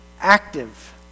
active